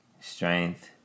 strength